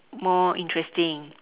more interesting